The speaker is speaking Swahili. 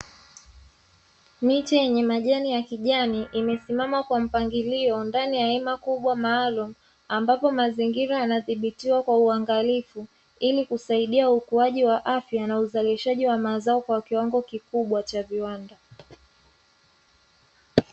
Miti yenye majani ya kijamii imesimama kwa mpangilio ndani ya ima kubwa maalum ambapo mazingira yanadhibitiwa kwa uangalifu ili kusaidia ukuaji wa afya na uzalishaji wa mazao kwa kiwango kikubwa cha viwanda